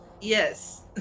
Yes